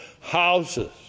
houses